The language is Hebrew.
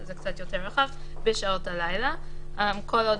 שזה קצת יותר רחב בשעות הלילה כל עוד